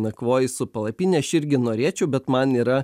nakvoji su palapine aš irgi norėčiau bet man yra